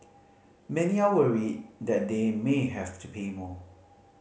many are worried that they may have to pay more